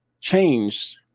changed